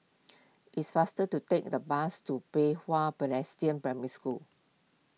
it is faster to take the bus to Pei Hwa Presbyterian Primary School